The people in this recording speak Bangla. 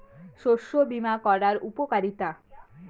শস্য বিমা করার উপকারীতা?